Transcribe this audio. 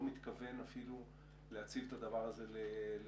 מתכוון אפילו להציב את הדבר הזה לפתחם.